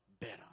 better